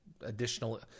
additional